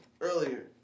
earlier